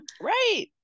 right